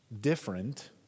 different